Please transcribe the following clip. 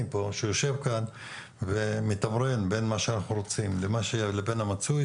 פה שיושב כאן ומתמרן בין מה שאנחנו רוצים לבין המצוי,